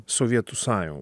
sovietų sąjungą